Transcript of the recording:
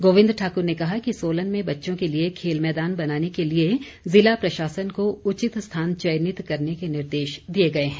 गोविंद ठाक्र ने कहा कि सोलन में बच्चों के लिए खेल मैदान बनाने के लिए जिला प्रशासन को उचित स्थान चयनित करने के निर्देश दिए गए हैं